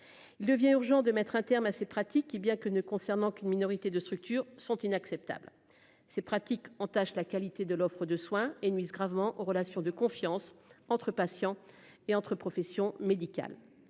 Il devient urgent de mettre un terme à ces pratiques qui bien que ne concernant qu'une minorité de structures sont inacceptables. C'est pratique entache la qualité de l'offre de soins et nuisent gravement aux relations de confiance entre patients et entre professions médicales.